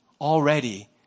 already